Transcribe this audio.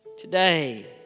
Today